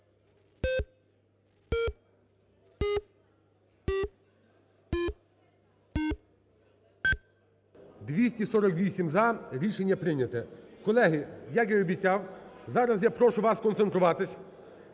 За-248 Рішення прийняте. Колеги, як я й обіцяв, зараз я прошу вас сконцентруватись.